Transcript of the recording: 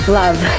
love